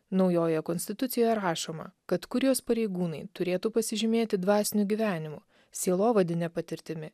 naujojoje konstitucijoje rašoma kad kurijos pareigūnai turėtų pasižymėti dvasiniu gyvenimu sielovadine patirtimi